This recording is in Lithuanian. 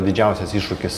didžiausias iššūkis